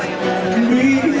i mean